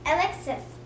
Alexis